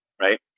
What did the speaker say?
Right